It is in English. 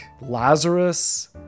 Lazarus